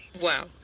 Wow